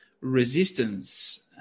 Resistance